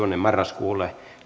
marraskuulle